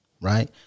Right